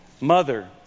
Mother